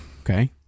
Okay